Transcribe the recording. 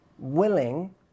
Willing